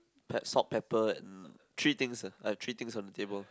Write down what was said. pe~ salt pepper and three things ah I have three things on the table